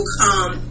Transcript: come